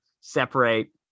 separate